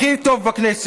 הכי טוב בכנסת,